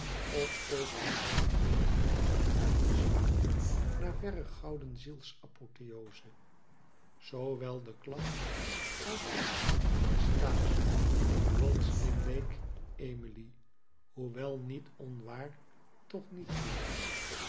of poogden zij vleugelen uit te slaan naar verre gouden zielsapotheoze zoo wel de klacht als de extaze plotseling leek emilie hoewel niet onwaar toch niet waar